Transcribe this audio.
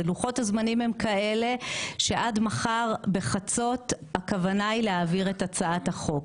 לוחות הזמנים הם כאלה שעד מחר בחצות הכוונה היא להעביר את הצעת החוק.